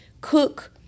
cook